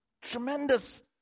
tremendous